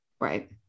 right